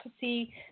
see